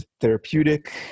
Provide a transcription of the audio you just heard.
therapeutic